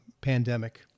pandemic